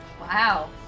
Wow